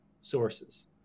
sources